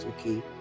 okay